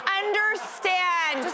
understand